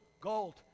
gold